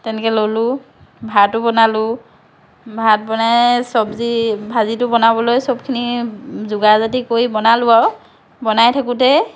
তেনেকৈ ল'লো ভাতো বনালো ভাত বনাই চবজি ভাজিটো বনাবলৈ সবখিনি যোগাৰ যাতি কৰি বনালো আৰু বনাই থাকোঁতে